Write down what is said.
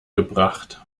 gebracht